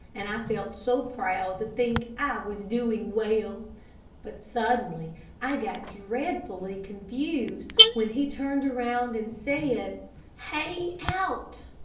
and i felt so proud to think i was doing well but suddenly i got dreadfully confused when he turned around and said, hie out!